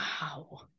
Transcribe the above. Wow